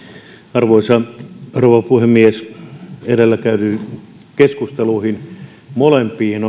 arvoisa rouva puhemies edellä käytyihin keskusteluihin molempiin